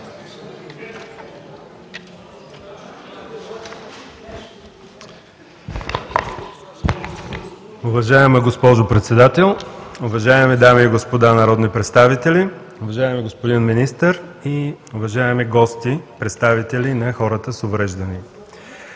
Уважаема госпожо Председател, уважаеми дами и господа народни представители, уважаеми господин Министър, уважаеми гости – представители на хората с увреждания!